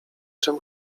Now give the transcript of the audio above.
czym